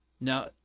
Now